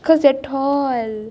cause you are tall